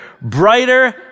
brighter